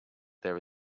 there